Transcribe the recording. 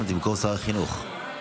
הצעת החוק הנדונה עלתה בוועדת